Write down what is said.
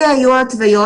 אלה היו ההתוויות.